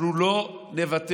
אנחנו לא נוותר.